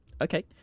Okay